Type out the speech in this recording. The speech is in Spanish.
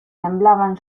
temblaban